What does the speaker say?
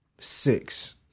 six